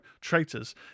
traitors